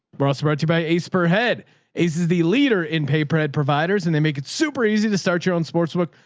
bras brought to you by ace per head is is the leader in pay per head providers, and they make it super easy to start your own sports book.